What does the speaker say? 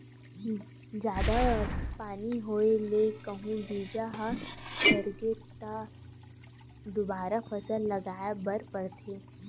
जादा पानी होए ले कहूं बीजा ह सरगे त दोबारा फसल लगाए बर परथे